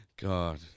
God